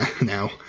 now